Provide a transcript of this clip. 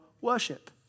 worship